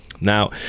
Now